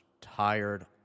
tired